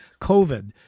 COVID